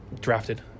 drafted